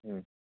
ꯎꯝ